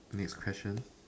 next question